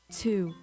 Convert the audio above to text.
two